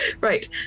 Right